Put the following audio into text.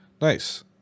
Nice